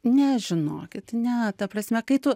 ne žinokit ne ta prasme kai tu